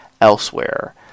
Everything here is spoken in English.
elsewhere